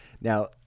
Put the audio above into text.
Now